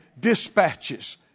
dispatches